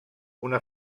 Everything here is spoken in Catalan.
una